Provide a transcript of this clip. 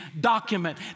document